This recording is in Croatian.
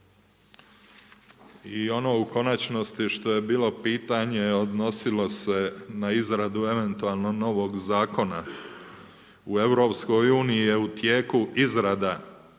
I ono u konačnosti što je bilo pitanje, odnosilo se na izradu eventualnog novog zakona. U EU je u tijeku izrada